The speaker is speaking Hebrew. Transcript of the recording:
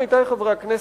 עמיתי חברי הכנסת,